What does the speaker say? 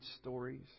stories